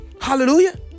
Hallelujah